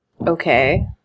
Okay